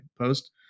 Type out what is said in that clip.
post